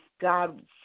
God